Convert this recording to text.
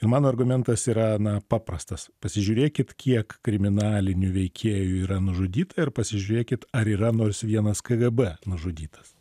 ir mano argumentas yra na paprastas pasižiūrėkit kiek kriminalinių veikėjų yra nužudyta ir pasižiūrėkit ar yra nors vienas kgb nužudytas